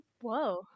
Whoa